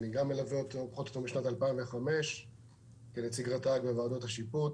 פחות או יותר משנת 2005 כנציג רט"ג בוועדות השיפוט,